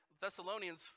Thessalonians